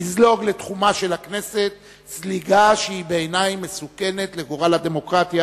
יזלוג לתחומה של הכנסת זליגה שהיא בעיני מסוכנת לגורל הדמוקרטיה.